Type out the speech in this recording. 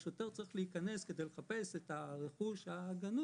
והשוטר צריך להיכנס כדי לחפש את הרכוש הגנוב,